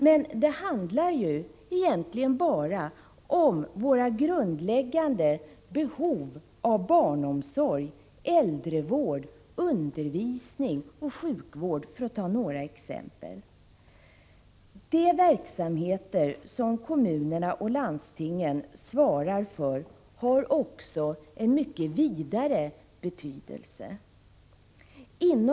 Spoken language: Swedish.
Men det handlar egentligen bara om våra grundläggande behov av barnomsorg, äldrevård, undervisning och sjukvård — för att ta några exempel. De verksamheter som kommuner och landsting svarar för har också en mycket vidare betydelse.